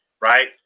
right